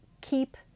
keep